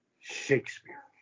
Shakespeare